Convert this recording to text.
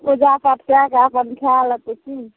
पूजा पाठ कै के अपन खा लेतै कि